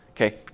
Okay